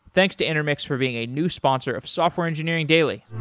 thanks to intermix for being a new sponsor of software engineering daily